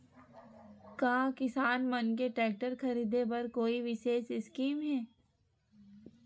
का किसान मन के टेक्टर ख़रीदे बर कोई विशेष स्कीम हे?